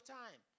time